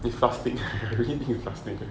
it's plastic I really think it's plastic